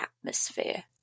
atmosphere